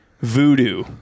voodoo